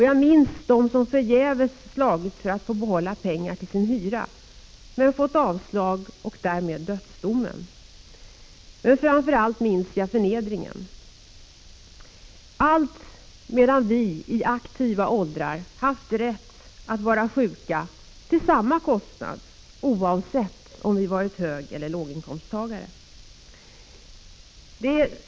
Jag minns sådana som förgäves slagits för att få behålla pengar till sin hyra, men fått avslag och därmed dödsdomen. Framför allt minns jag förnedringen. Allt detta har pågått medan vi i aktiva åldrar haft rätt att vara sjuka till samma kostnad, oavsett om vi varit högeller låginkomsttagare.